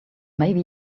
maybe